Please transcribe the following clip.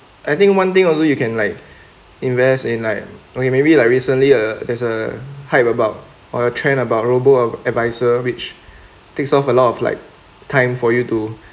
I think one thing also you can like invest in like okay maybe like recently a there's a hype about or a trend about robo adviser which takes off a lot of like time for you to